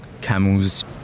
camels